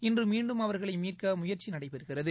இன்று மீண்டும் அவர்களை மீட்க முயற்சி நடைபெறுகிறது